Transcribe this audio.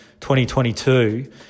2022